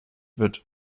wird